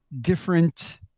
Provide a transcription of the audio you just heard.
different